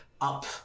up